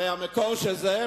הרי המקור של זה,